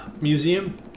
museum